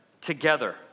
together